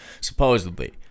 supposedly